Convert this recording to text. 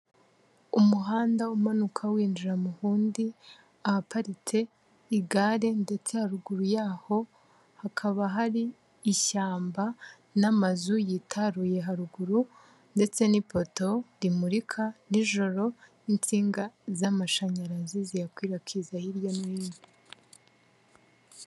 Umuhanda umanuka winjira mu wundi, ahaparitse igare ndetse haruguru yaho hakaba hari ishyamba n'amazu yitaruye haruguru ndetse n'ipoto rimurika nijoro n'insinga z'amashanyarazi ziyakwirakwiza hirya no hino.